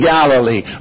Galilee